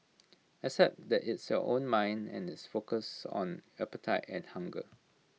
except that it's your own mind and IT focuses on appetite and hunger